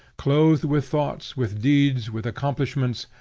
clothed with thoughts, with deeds, with accomplishments,